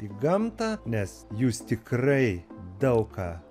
į gamtą nes jūs tikrai daug ką